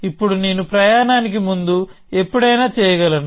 ఇప్పుడు నేను ప్రయాణానికి ముందు ఎప్పుడైనా చేయగలను